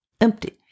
empty